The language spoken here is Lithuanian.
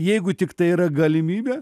jeigu tiktai yra galimybė